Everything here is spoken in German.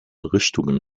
richtungen